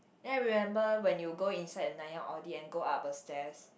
then I remember when you go inside Nanyang-Audi and go up stairs